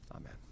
Amen